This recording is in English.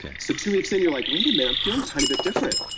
so, two weeks in, you're like, wait a minute, i'm feeling tiny bit different.